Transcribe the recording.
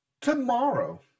tomorrow